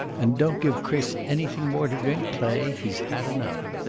and don't give chris anything more to drink, clay. he's had enough.